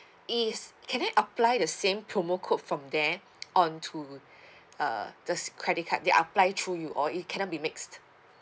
is can I apply the same promo code from there on to uh does credit card they apply through you all it cannot be mixed